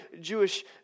Jewish